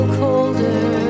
colder